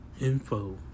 Info